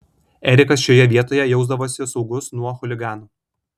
erikas šioje vietoje jausdavosi saugus nuo chuliganų